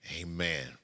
amen